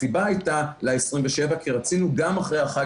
הסיבה של הדחייה ל-27 באפריל היא כי רצינו גם אחרי החג